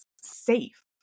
safe